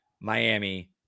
Miami